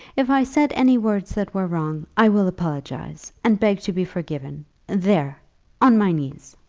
if i said any words that were wrong, i will apologize, and beg to be forgiven there on my knees.